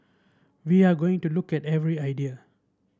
we are going to look at every idea